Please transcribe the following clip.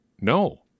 No